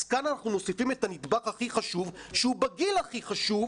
אז כאן אנחנו מוסיפים את הנדבך הכי חשוב שהוא בגיל הכי חשוב,